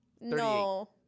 No